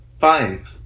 fine